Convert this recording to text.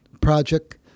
project